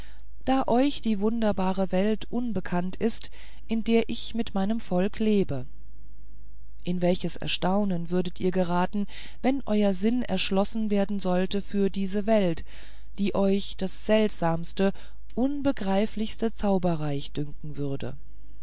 da euch die wunderbare welt unbekannt ist in der ich mit meinem volk lebe in welches erstaunen würdet ihr geraten wenn euer sinn erschlossen werden sollte für diese welt die euch das seltsamste unbegreiflichste zauberreich dünken würde